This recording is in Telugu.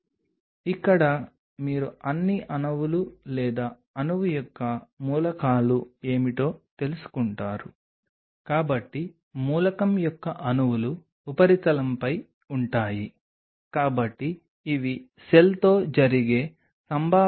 నా ఉద్దేశ్యం ఏమిటంటే ఆ పదార్థం యొక్క ఉపరితలంపై అన్ని అణువులు ఏమి బహిర్గతం అవుతున్నాయో లేదా దాని ఉపరితలంపై అన్ని మూలకాలు ఏమిటో మీరు తెలుసుకోవాలి